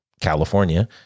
California